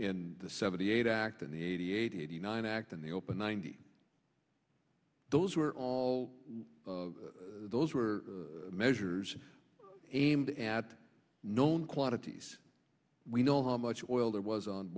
in the seventy eight act in the eighty eight eighty nine act in the open ninety those were all those were measures aimed at known quantities we know how much oil there was on